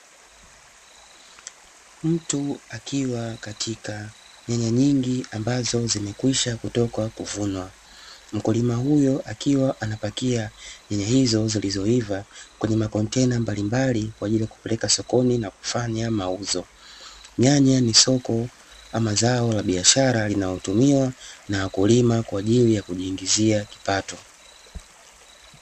Mtu akiwa katika nyanya nyingi ambazo zimekwisha kutoka kuvunwa mkulima huyo akiwa anapakia nyanya hizo zilizoiva kwenye makontena mbalimbali kwa ajili ya kupeleka sokoni na kufanya mauzo, nyanya ni soko ama zao la biashara linalotumiwa na wakulima kwa ajili ya kujiingizia kipato.